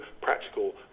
practical